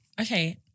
okay